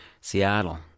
Seattle